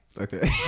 okay